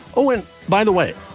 oh, and by the way,